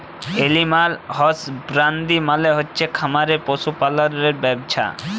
animal husbandry মালে হচ্ছে খামারে পশু পাললের ব্যবছা